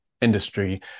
industry